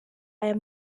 aya